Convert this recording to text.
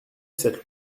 cette